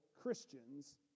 Christians